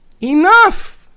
Enough